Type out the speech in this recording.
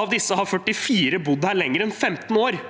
Av disse har 44 bodd her lenger enn 15 år.